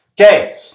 Okay